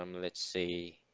um let's see